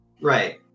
Right